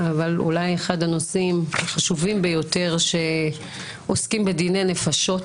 אבל אולי אחד הנושאים החשובים ביותר שעוסקים בדיני נפשות,